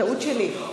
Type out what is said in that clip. טעות שלי,